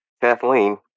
Kathleen